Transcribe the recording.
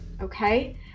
okay